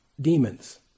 demons